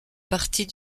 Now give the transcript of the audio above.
partie